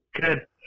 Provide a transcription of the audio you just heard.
Good